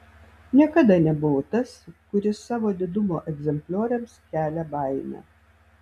niekada nebuvau tas kuris savo didumo egzemplioriams kelia baimę